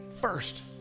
first